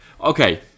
Okay